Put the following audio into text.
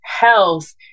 health